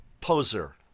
poser